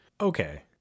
Okay